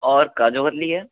और काजू कतली है